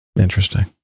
interesting